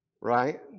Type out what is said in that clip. Right